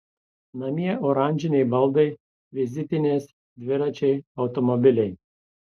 namie oranžiniai baldai vizitinės dviračiai automobiliai